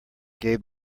gave